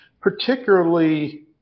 particularly